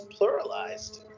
pluralized